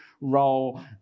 role